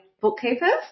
bookkeepers